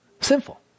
sinful